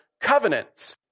Covenants